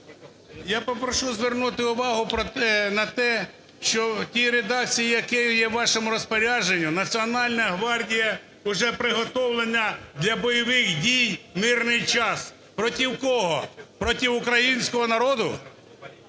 я попрошу звернути увагу на те, що в тій редакції, яка є в вашому розпорядженні, Національна гвардія уже приготовлена для бойових дій в мирний час. Проти кого? Проти українського народу?